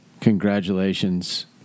congratulations